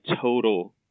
total